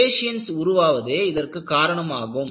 striations உருவாவதே அதற்கு காரணம் ஆகும்